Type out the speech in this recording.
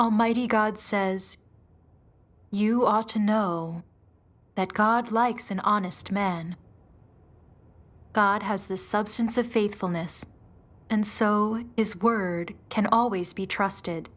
almighty god says you all to know that god likes an honest man god has the substance of faithfulness and so his word can always be trusted